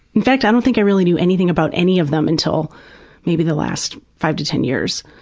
in fact, i don't think i really knew anything about any of them until maybe the last five to ten years.